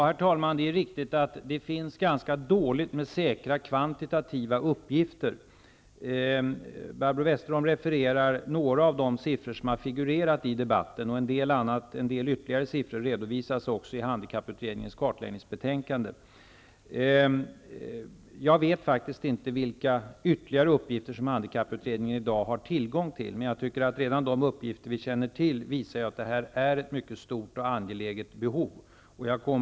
Herr talman! Det är riktigt att det finns ganska få säkra, kvantitativa uppgifter. Barbro Westerholm refererar några av de siffror som har figurerat i debatten. En del ytterligare siffror redovisas också i handikapputredningens kartläggningsbetänkande. Jag vet faktiskt inte vilka ytterligare uppgifter som handikapputredningen i dag har tillgång till. Jag tycker att redan de uppgifter som vi känner till ju visar att behovet är mycket stort och angeläget.